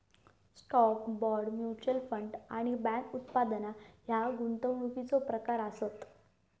stock, bond, mutual fund आणि bank उत्पादना ह्या गुंतवणुकीचो प्रकार आसत